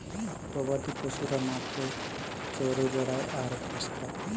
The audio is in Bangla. গবাদি পশুরা মাঠে চরে বেড়ায় আর ঘাঁস খায়